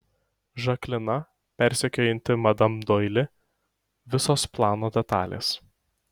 žaklina persekiojanti madam doili visos plano detalės